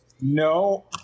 No